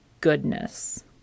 goodness